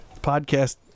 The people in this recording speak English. podcast